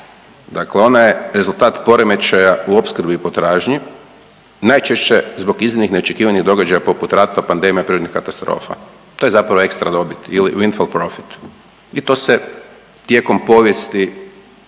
Dakle ona je rezultat poremećaja u opskrbi i potražnji najčešće zbog iznimnih i ne očekivanih događaja poput rata, pandemija i prirodnih katastrofa. To je zapravo ekstra dobit ili winnfield profit i to se, tijekom povijesti